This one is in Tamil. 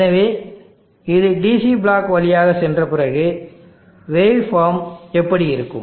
எனவே இது DC பிளாக் வழியாக சென்ற பிறகு வேவ் ஃபார்ம் எப்படி இருக்கும்